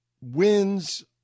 wins